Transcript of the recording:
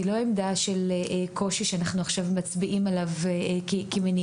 ולא של קושי שאנחנו מצביעים עליו כמניעה,